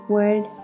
Word